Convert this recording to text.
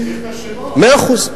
מאה אחוז.